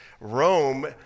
Rome